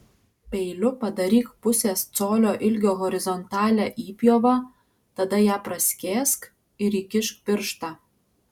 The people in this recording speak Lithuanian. peiliu padaryk pusės colio ilgio horizontalią įpjovą tada ją praskėsk ir įkišk pirštą